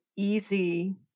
easy